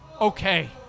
okay